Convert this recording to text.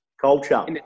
Culture